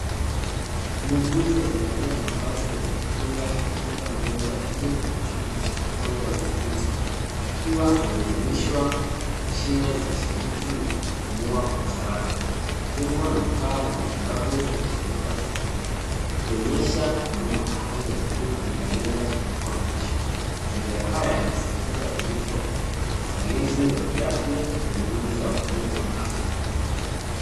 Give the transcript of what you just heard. Muuguzi aliyevalia mavazi ya kujikinga anatunza mgonjwa aliye kwenye chumba cha wagonjwa mahututi, akiwa ameunganishwa mashine za usaidizi wa kupumua kwa msaada. Vyombo na vifaa vya matibabu vinazunguka kitanda, vikionyesha huduma ya hali ya juu inayolenga kuokoa maisha. Mazingira haya yanasisitiza uzito wa uangalizi wa kiafya na juhudi za wahudumu wa afya.